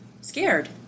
scared